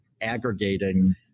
aggregating